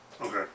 Okay